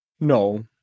no